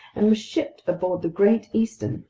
and was shipped aboard the great eastern.